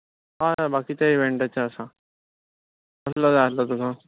हय हय बाकीचें इव्हेंटाचें आसा कितें जाय आसलें तुका